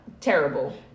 Terrible